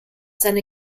seine